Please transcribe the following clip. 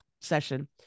session